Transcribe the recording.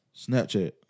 Snapchat